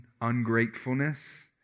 ungratefulness